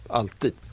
alltid